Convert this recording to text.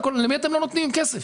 למי אתם לא נותנים כסף?